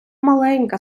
маленька